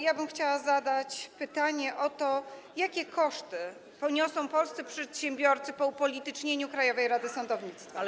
Ja bym chciała zadać pytanie o to, jakie koszty poniosą polscy przedsiębiorcy po upolitycznieniu Krajowej Rady Sądownictwa, bo.